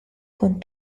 con